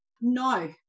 No